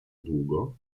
długo